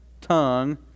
tongue